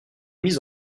mis